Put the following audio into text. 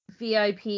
VIP